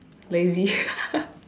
lazy